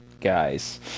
Guys